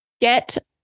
Get